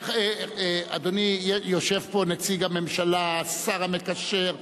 אדוני, יושב פה נציג הממשלה, השר המקשר.